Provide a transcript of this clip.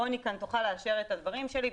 רני נויבואר תוכל לאשר כאן את הדברים שלי.